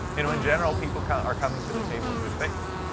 you know in general, people kind of are coming to the table in good faith.